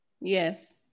yes